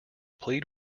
plead